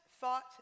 thought